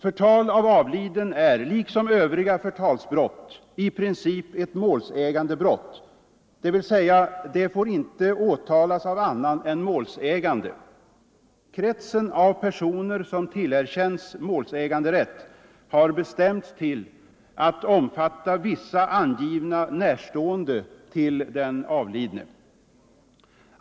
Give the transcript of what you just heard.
Förtal av avliden är, liksom övriga förtalsbrott, i princip ett målsägandebrott, dvs. det får inte åtalas av annan än målsägande. Kretsen av personer som tillerkäns målsäganderätt har bestämts till att omfatta vissa angivna närstående till den avlidne.